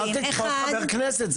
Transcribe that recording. אל תתקוף חבר כנסת.